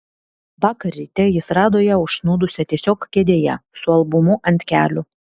vakar ryte jis rado ją užsnūdusią tiesiog kėdėje su albumu ant kelių